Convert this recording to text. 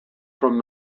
from